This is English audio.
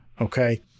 okay